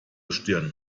stirn